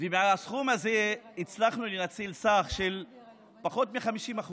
מהסכום הזה הצלחנו לנצל סכום של פחות מ-50%.